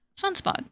Sunspot